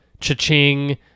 cha-ching